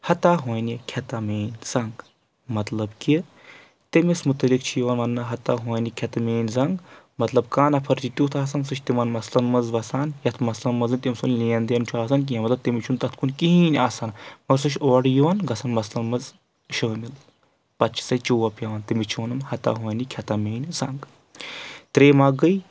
ہتا ہونہِ کھؠتہَ میٲنۍ زنٛگ مطلب کہِ تٔمِس مُتعلِق چھِ یِوان وَننہٕ ہَتا ہونہِ کھؠتہٕ میٲنۍ زنٛگ مطلب کانٛہہ نَفَر چھِ تیُتھ آسَان سُہ چھِ تِمَن مَثلَن منٛز وَسان یَتھ مَثلَن منٛز نہٕ تٔمۍ سُنٛد لین دین چھُ آسان کینٛہہ مطلب تٔمِس چھُ نہٕ تتھ کُن کِہیٖنۍ آسان مگر سُہ چھُ اورٕ یِوان گژھان مَثلَن منٛز شٲمِل پتہٕ چھِس اَتہِ چوب پیٚوان تٔمِس چھُ وَنن ہتا ہونہِ کھؠتہَ میٲنۍ زنٛگ ترٛیٚیِم اکھ گٔے